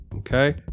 Okay